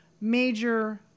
major